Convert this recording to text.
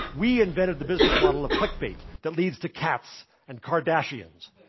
we invented the business model of clickbait that leads to cats and kardashians,